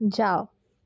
જાવ